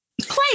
play